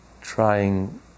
trying